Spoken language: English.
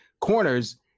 corners